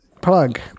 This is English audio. plug